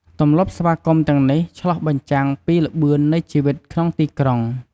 ទម្លាប់ស្វាគមន៍ទាំងនេះ ឆ្លុះបញ្ចាំងពីល្បឿននៃជីវិតក្នុងទីក្រុង។